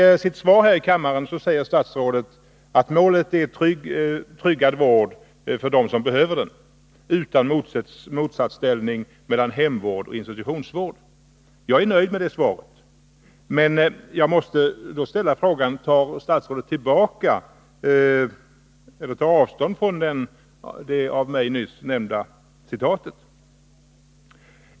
Isitt svar här i kammaren säger statsrådet att målet är tryggad vård för dem som behöver den — utan motsatsställning mellan hemvård och institutionsvård. Jag är nöjd med det svaret men måste ställa frågan: Tar statsrådet avstånd från det av mig nyss återgivna uttalandet?